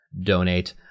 donate